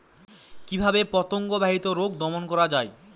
কিভাবে পতঙ্গ বাহিত রোগ দমন করা যায়?